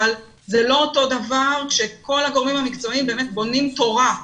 אבל זה לא אותו הדבר כאשר כל הגורמים המקצועיים באמת בונים תורה,